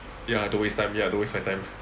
ya don't waste time ya don't waste my time